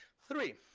three,